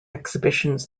exhibitions